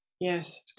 Yes